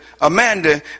Amanda